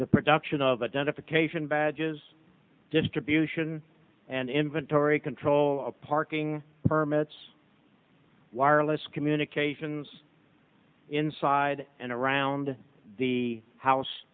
the production of identification badges distribution and inventory control parking permits wireless communications inside and around the house